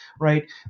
right